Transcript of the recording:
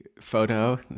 photo